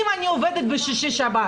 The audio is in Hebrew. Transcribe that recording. אם אני עובדת בשישי-שבת,